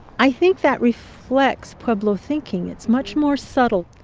i think that reflects pueblo thinking it's much more subtle.